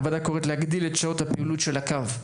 הוועדה קוראת להגדיל את שעות הפעילות של הקו.